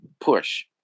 push